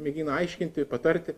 mėgina aiškinti patarti